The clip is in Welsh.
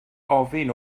ofyn